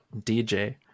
DJ